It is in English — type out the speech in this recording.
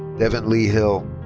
devin lee hill.